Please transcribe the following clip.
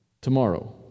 tomorrow